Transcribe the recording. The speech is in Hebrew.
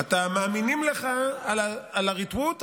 מאמינים לך על הריטרוט,